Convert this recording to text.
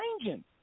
changing